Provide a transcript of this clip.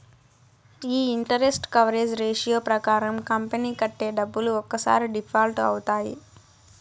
ఈ interest coverage ratio ప్రకారం company కట్టే డబ్బులు ఒక్కసారి డిఫాల్ట్ అవుతాయి